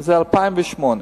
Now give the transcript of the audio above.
זה ל-2008.